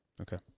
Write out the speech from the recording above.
Okay